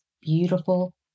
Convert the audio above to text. beautiful